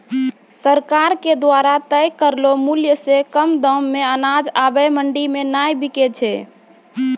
सरकार के द्वारा तय करलो मुल्य सॅ कम दाम मॅ अनाज आबॅ मंडी मॅ नाय बिकै छै